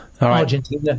Argentina